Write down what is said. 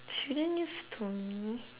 shouldn't you've told me